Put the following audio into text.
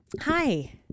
Hi